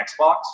Xbox